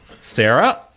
Sarah